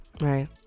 right